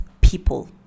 people